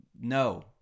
No